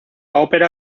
ópera